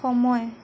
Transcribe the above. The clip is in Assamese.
সময়